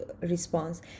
response